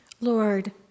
Lord